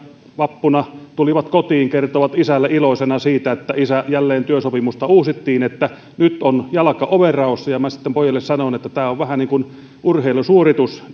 vappuna tulivat kotiin kertoivat isälle iloisena siitä että isä jälleen työsopimusta uusittiin nyt on jalka ovenraossa ja minä sitten pojille sanoin että tämä on vähän niin kuin urheilusuoritus